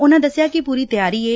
ਉਨਾਂ ਦਸਿਆ ਕਿ ਪੁਰੀ ਤਿਆਰੀ ਏ